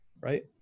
right